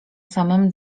samym